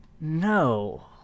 no